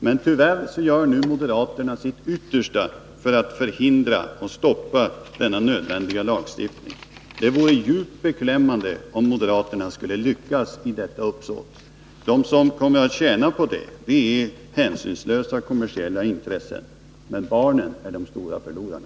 Men tyvärr gör nu moderaterna sitt yttersta för att hindra och stoppa denna nödvändiga lagstiftning. Det vore djupt beklämmande om moderaterna skulle lyckas i detta uppsåt. De som kommer att tjäna på det är hänsynslösa kommersiella intressen — men barnen är de stora förlorarna.